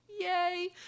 yay